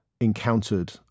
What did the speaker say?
encountered